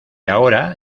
ahora